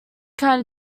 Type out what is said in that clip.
kind